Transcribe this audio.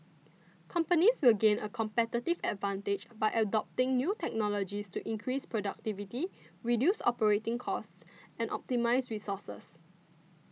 companies will gain a competitive advantage by adopting new technologies to increase productivity reduce operating costs and optimise resources